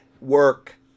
work